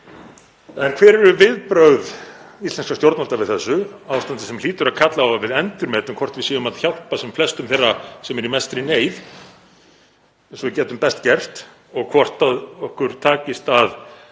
En hver eru viðbrögð íslenskra stjórnvalda við þessu ástandi sem hlýtur að kalla á að við endurmetum hvort við séum að hjálpa sem flestum þeirra sem eru í mestri neyð eins og við getum best gert og hvort okkur takist að